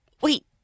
Wait